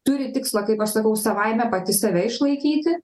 turi tikslą kaip aš sakau savaime pati save išlaikyti